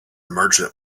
merchant